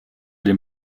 den